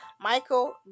Michael